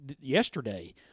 yesterday